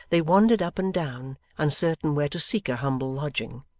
they wandered up and down, uncertain where to seek a humble lodging.